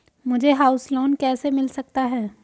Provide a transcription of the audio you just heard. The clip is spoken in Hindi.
मुझे हाउस लोंन कैसे मिल सकता है?